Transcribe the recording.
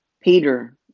Peter